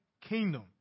kingdom